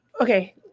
Okay